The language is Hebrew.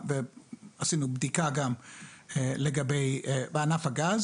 עשינו בדיקה גם בענף הגז